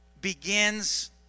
begins